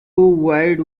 wide